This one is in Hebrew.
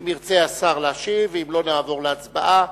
אם ירצה השר, ישיב, ואם לא, נעבור להצבעה.